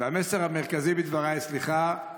והמסר המרכזי בדבריי הוא